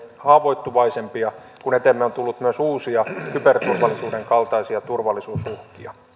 haavoittuvaisempia kun eteemme on tullut myös uusia kyberturvallisuuden kaltaisia turvallisuusuhkia